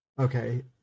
Okay